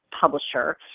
publisher